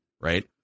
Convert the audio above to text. right